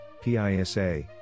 pisa